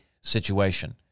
situation